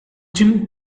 jim